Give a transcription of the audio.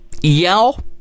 yell